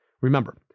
Remember